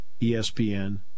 ESPN